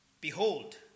Behold